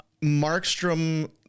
Markstrom